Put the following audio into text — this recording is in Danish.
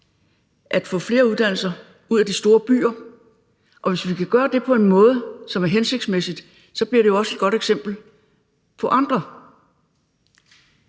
at få flere uddannelser ud af de store byer, og hvis vi kan gøre det på en måde, som er hensigtsmæssig, så bliver det også et godt eksempel for andre.